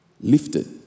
lifted